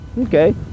okay